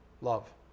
love